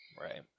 right